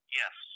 yes